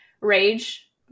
rage